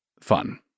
fun